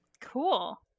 Cool